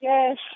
Yes